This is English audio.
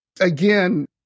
again